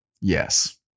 Yes